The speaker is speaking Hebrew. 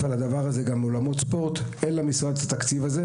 לזה גם אולמות ספורט אין למשרד תקציב לזה.